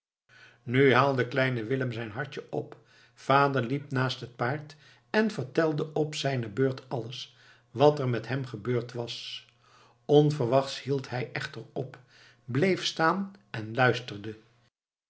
nu haalde kleine willem zijn hartje op vader liep naast het paard en vertelde op zijne beurt alles wat er met hem gebeurd was onverwachts hield hij echter op bleef staan en luisterde